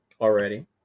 already